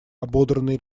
ободранный